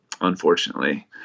unfortunately